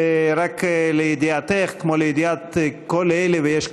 רק לידיעתך, כמו לידיעת כל אלה, ויש כמה,